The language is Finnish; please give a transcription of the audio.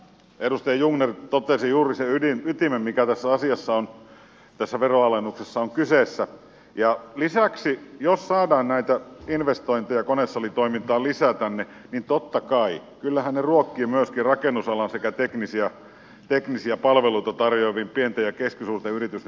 edustaja jungner totesi juuri sen ytimen mikä tässä veroalennuksessa on kyseessä ja lisäksi jos saadaan näitä investointeja konesalitoimintaa lisää tänne niin totta kai kyllähän ne ruokkivat myöskin rakennusalan sekä teknisiä palveluita tarjoavien pienten ja keskisuurten yritysten työllisyyttä